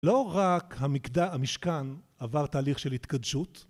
לא רק המשכן עבר תהליך של התקדשות.